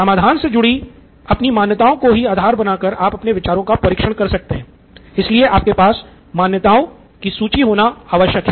समाधान से जुड़ी अपनी मान्यताओं को ही आधार बनाकर आप अपने विचारों का परीक्षण कर सकते हैं इसलिए आपके पास मान्यताओं की सूची होना आवश्यक है